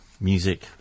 music